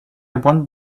want